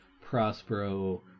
Prospero